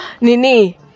Nini